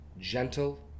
gentle